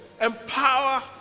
empower